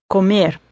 Comer